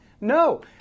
No